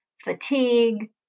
fatigue